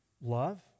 Love